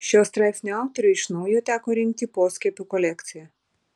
šio straipsnio autoriui iš naujo teko rinkti poskiepių kolekciją